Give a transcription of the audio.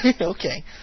okay